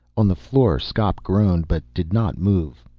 on the floor skop groaned but did not move.